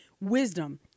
Wisdom